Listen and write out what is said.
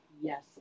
yes